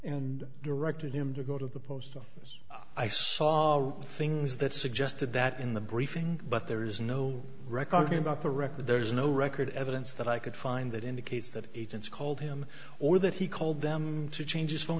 and directed him to go to the post office i saw things that suggested that in the briefing but there is no record here about the record there is no record evidence that i could find that indicates that agents called him or that he called them to change his phone